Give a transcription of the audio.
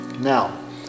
Now